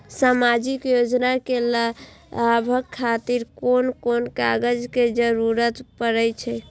सामाजिक योजना के लाभक खातिर कोन कोन कागज के जरुरत परै छै?